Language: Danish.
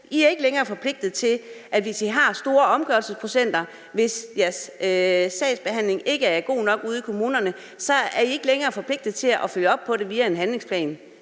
fordi man netop siger: Hvis I har store omgørelsesprocenter, hvis jeres sagsbehandling ikke er god nok ude i kommunerne, er I ikke længere forpligtet til at følge op på det via en handlingsplan.